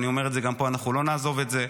אני אומר את זה גם פה: אנחנו לא נעזוב את זה.